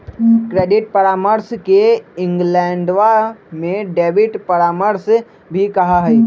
credit परामर्श के इंग्लैंडवा में डेबिट परामर्श भी कहा हई